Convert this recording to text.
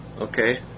Okay